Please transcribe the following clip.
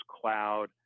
cloud